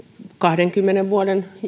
kahdenkymmenen vuoden